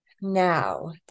Now